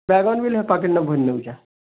ବାଇଗନ୍ ବି ହେ ପ୍ୟାକେଟ୍ ନେ ଭରି ନେଉଛେଁ